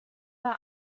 bei